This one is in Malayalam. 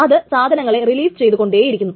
അത് സാധനങ്ങളെ റിലീസ് ചെയ്തു കൊണ്ടേയിരിക്കും